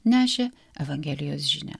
nešė evangelijos žinią